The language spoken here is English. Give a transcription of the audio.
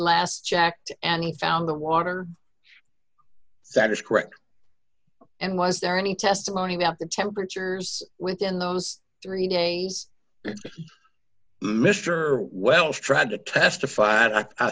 last checked and he found the water satirist correct and was there any testimony about the temperatures within those three days mr welch tried to testif